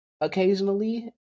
occasionally